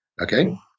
Okay